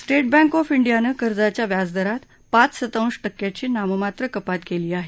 state bank of इंडियानं कर्जाच्या व्याजदरात पाच शतांश टक्याची नाममात्र कपात केली आहे